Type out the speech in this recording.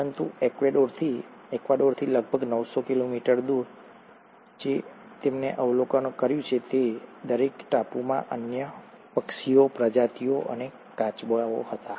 પરંતુ એક્વાડોરથી લગભગ નવસો કિલોમીટર દૂર છે અને અમે જે અવલોકન કર્યું છે તે એ છે કે દરેક ટાપુમાં અનન્ય પક્ષીઓ પ્રજાતિઓ અને કાચબો હતા